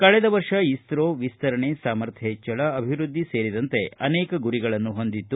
ಕಳೆದ ವರ್ಷ ಇಸ್ತೋ ವಿಸ್ತರಣೆ ಸಾಮರ್ಥ್ಯ ಹೆಚ್ಚಳ ಅಭಿವೃದ್ಧಿ ಸೇರಿದಂತೆ ಅನೇಕ ಗುರಿಗಳನ್ನು ಹೊಂದಿತ್ತು